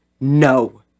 no